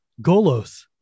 Golos